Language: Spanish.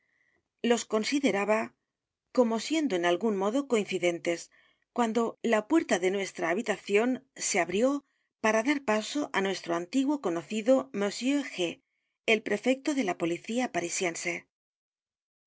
los consideraba como siendo edgar poe novelas y cuentos en algún modo coincidentes cuando la puerta de nuestra habitación se abrió para dar paso á nuestro antiguo conocido monsieur g el prefecto de la policía